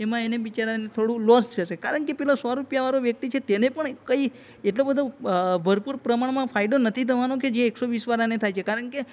એમાં એને બિચારાને થોડું લોસ જશે કારણકે પેલો સો રૂપિયાવાળો વ્યક્તિ છે તેને પણ કંઈ એટલો બધો ભરપુર પ્રમાણમાં ફાયદો નથી થવાનો કે જે એકસો વીસવાળાને થાય છે કારણકે